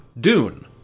Dune